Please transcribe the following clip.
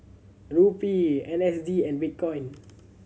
Rupee N S D and Bitcoin